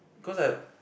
cause I